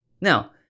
Now